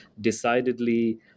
decidedly